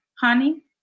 Honey